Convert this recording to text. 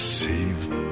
saved